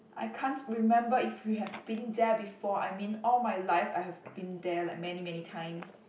I can't remember if we have been there before I mean all my life I have been there like many many times